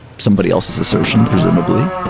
somebody else's assertion, presumably.